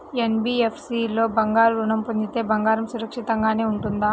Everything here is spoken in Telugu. ఎన్.బీ.ఎఫ్.సి లో బంగారు ఋణం పొందితే బంగారం సురక్షితంగానే ఉంటుందా?